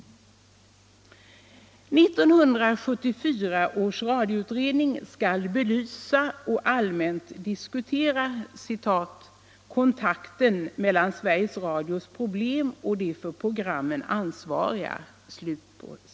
1974 års radioutredning skall belysa och allmänt diskutera ”kontakten mellan Sveriges Radios problem och de för programmen ansvariga”.